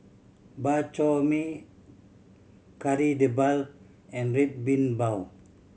Bak Chor Mee Kari Debal and Red Bean Bao